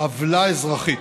עוולה אזרחית.